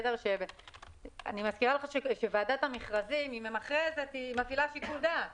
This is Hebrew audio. אני מזכירה שוועדת המכרזים מפעילה שיקול דעת.